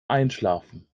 einschlafen